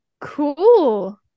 Cool